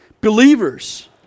Believers